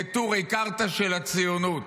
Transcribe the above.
נטורי קרתא של הציונות,